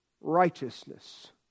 righteousness